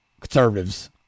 conservatives